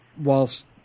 Whilst